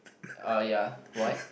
oh ya why